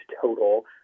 total